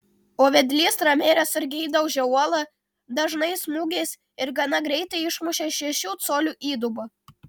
o vedlys ramiai ir atsargiai daužė uolą dažnais smūgiais ir gana greitai išmušė šešių colių įdubą